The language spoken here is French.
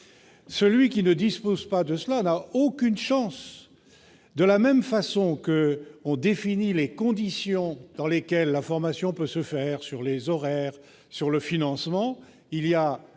Celui qui ne dispose pas de ces atouts n'a aucune chance ... De la même façon que l'on définit les conditions dans lesquelles la formation peut se faire- les horaires, le financement -, une